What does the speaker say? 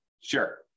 Sure